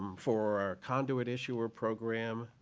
for our conduit issuer program,